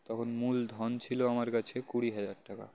তখন মূল ধন ছিল আমার কাছে কুড়ি হাজার টাকা